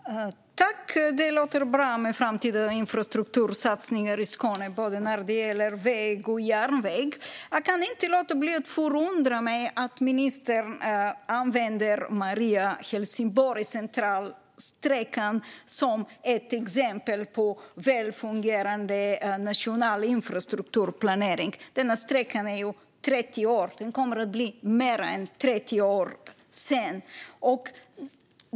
Fru talman! Det låter bra med framtida infrastruktursatsningar i Skåne både när det gäller väg och när det gäller järnväg. Jag kan dock inte låta bli att förundras över att ministern använder sträckan Maria-Helsingborgs central som ett exempel på väl fungerande nationell infrastrukturplanering - denna sträcka blir ju mer än 30 år gammal.